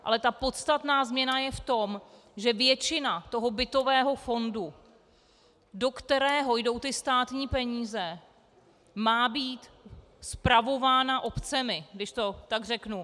Ale ta podstatná změna je v tom, že většina bytového fondu, do kterého jdou státní peníze, má být spravována obcemi, když to tak řeknu.